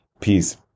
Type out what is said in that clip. Peace